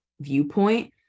viewpoint